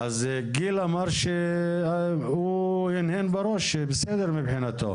גיל הנהן בראש שזה בסדר מבחינתו.